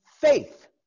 faith